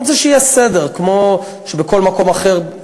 אני רוצה שיהיה סדר כמו בכל מקום אחר,